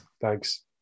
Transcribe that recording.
Thanks